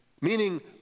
meaning